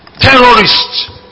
terrorists